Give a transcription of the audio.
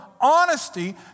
honesty